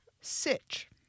Sitch